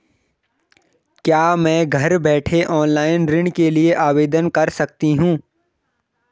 क्या मैं घर बैठे ऑनलाइन ऋण के लिए आवेदन कर सकती हूँ?